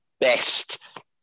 best